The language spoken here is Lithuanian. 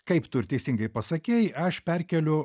kaip tu ir teisingai pasakei aš perkeliu